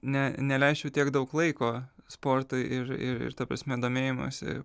ne neleisčiau tiek daug laiko sportui ir ir ir ta prasme domėjimuisi